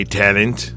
talent